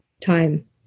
time